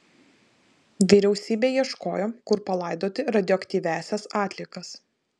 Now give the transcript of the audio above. vyriausybė ieškojo kur palaidoti radioaktyviąsias atliekas